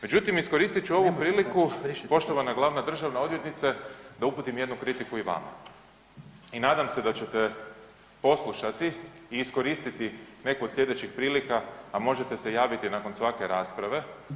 Međutim, iskoristit ću ovu priliku poštovana glavna državna odvjetnice da uputim jednu kritiku i vama i nadam se da ćete poslušati i iskoristiti neku od slijedećih prilika, a možete se javiti i nakon svake rasprave.